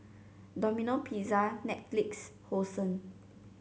Domino Pizza Netflix Hosen